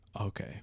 Okay